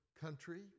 country